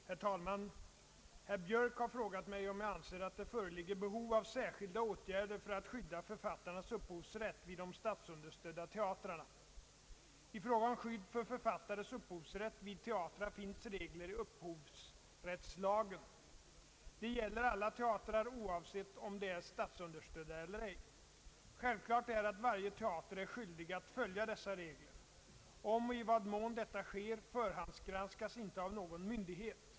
Herr talman! Herr Björk har frågat mig om jag anser att det föreligger behov av särskilda åtgärder för att skydda författarnas upphovsrätt vid de statsunderstödda teatrarna. I fråga om skydd för författares upphovsrätt vid teatrar finns regler i upphovsrättslagen. De gäller alla teatrar oavsett om de är statsunderstödda eller ej. Självklart är att varje teater är skyldig att följa dessa regler. Om och i vad mån detta sker förhandsgranskas inte av någon myndighet.